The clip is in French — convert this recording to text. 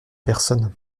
personnes